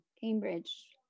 Cambridge